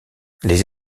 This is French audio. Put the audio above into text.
les